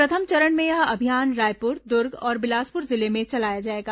प्रथम चरण में यह अभियान रायपुर दुर्ग और बिलासपुर जिले में चलाया जाएगा